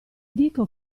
dico